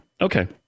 Okay